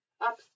up